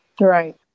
right